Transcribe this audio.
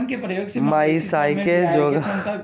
पइसाके जोगार के लागी कर्जा लेल जा सकइ छै